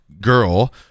girl